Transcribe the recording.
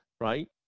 right